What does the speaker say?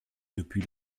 depuis